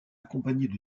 accompagnés